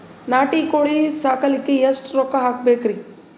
ನಾಟಿ ಕೋಳೀ ಸಾಕಲಿಕ್ಕಿ ಎಷ್ಟ ರೊಕ್ಕ ಹಾಕಬೇಕ್ರಿ?